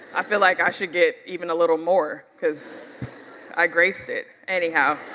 i feel like i should get even a little more, cause i graced it, anyhow.